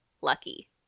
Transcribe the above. Lucky